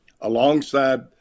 alongside